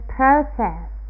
process